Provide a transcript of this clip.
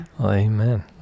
Amen